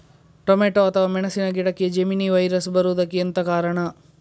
Tomato ಅಥವಾ ಮೆಣಸಿನ ಗಿಡಕ್ಕೆ ಜೆಮಿನಿ ವೈರಸ್ ಬರುವುದಕ್ಕೆ ಎಂತ ಕಾರಣ?